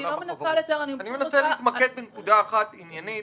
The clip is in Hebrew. אני מנסה להתמקד בנקודה אחת עניינית.